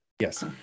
Yes